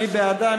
מי בעדה?